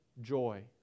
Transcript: joy